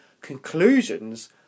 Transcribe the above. Conclusions